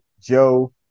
Joe